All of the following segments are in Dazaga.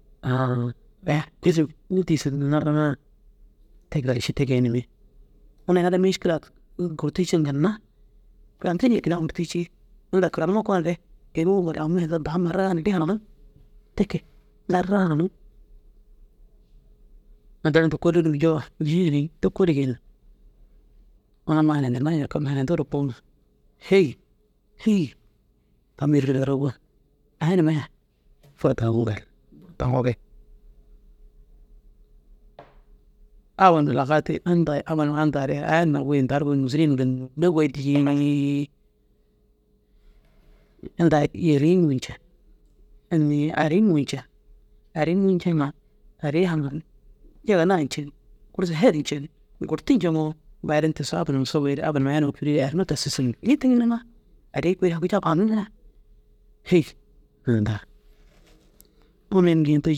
înni tigisi narriŋaa na te gali ši te geenimmi unnu ina ara mîšikila gurti ciiŋa ginna karantirii jeekinnaa gurtii cii. Inda karanime koonore inuu amma za daa huma ereraa dîiŋa neere hananiŋ te ke neere haraniŋ. Inda neere kôlunum joo te kôoli geenimmi amma i hanadinna jikar haranyintigire hêi hêi tan mêri ai nufadirigaa gon aya numa ai fataŋoo gal taŋoo gal aba doo lakaayid ti inda ye abama ye inda ari ai aya numa goyi indaa ru goyi mosuliye ginna goyi dii inda arii mûñen ini arii mûñen jii. Arii mûñinŋa ari haŋiŋ yege naana cii gûrsa šeri njen gurti ñeŋoo badin tigisoo aba num sowere aba numa ye aya numa ye fûrire arima daa sûsuniŋi ña te ginna ari kôi cuu faninŋe hêi inda unnu ini geendiri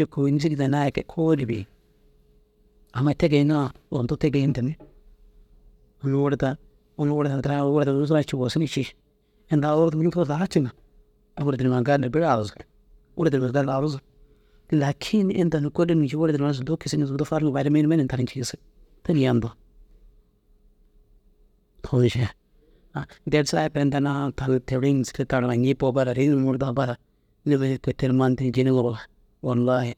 jikoo ini sîri danni a kege kôoli bêi. Amma te gee noo zundun te geendimi unnu wurda unnu wurda ntiraa wurda nusre na cii wussu na cii inda agu ini saga ciiŋa wurde numa gali dir biri azu wurde numa gali dir azu lakin inda kôlunum ñiŋa wurde numa zundu gisiŋi zundu fariŋi badin mii numa indar na ñigisig te na yanda. a dêri sakid inda na tan toore mîšikila taru na jii pot ari na murdaa bara kôi te ru maa ni jîi n iŋoo wallahi